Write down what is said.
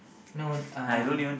no uh